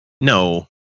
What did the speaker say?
No